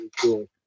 cool